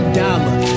dollar